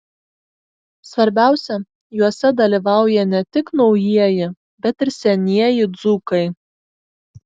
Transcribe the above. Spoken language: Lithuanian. svarbiausia juose dalyvauja ne tik naujieji bet ir senieji dzūkai